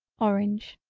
orange.